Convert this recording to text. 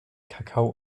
kakao